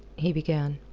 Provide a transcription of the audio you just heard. he began.